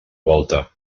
volta